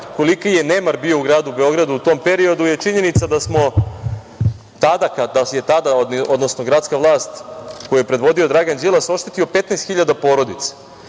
koliki je nemar bio u gradu Beogradu u tom periodu je činjenica da nas je tada gradska vlast koju je predvodio Dragan Đilas oštetila 15.000 porodica